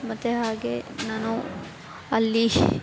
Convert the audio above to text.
ಮತ್ತು ಹಾಗೆ ನಾನು ಅಲ್ಲಿ